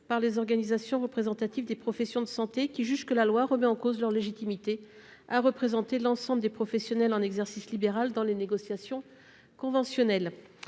par les organisations représentatives des professions de santé. Ces dernières estiment que la loi remet en cause leur légitimité à représenter l'ensemble des professionnels en exercice libéral dans les négociations conventionnelles.